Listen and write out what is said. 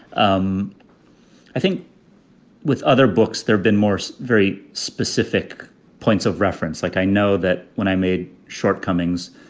um i think with other books, there've been more so very specific points of reference. like i know that when i made shortcomings,